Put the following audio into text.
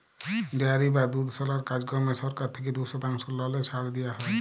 dairy বা দুধশালার কাজকম্মে সরকার থ্যাইকে দু শতাংশ ললে ছাড় দিয়া হ্যয়